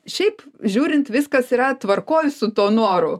šiaip žiūrint viskas yra tvarkoj su tuo noru